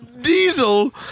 diesel